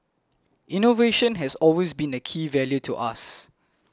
innovation has always been a key value to us